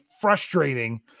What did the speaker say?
frustrating